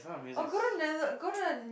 oh go to Nether~ go to the